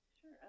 Sure